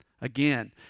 Again